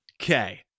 Okay